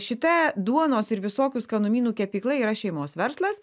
šita duonos ir visokių skanumynų kepykla yra šeimos verslas